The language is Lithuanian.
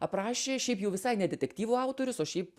aprašė šiaip jau visai ne detektyvų autorius o šiaip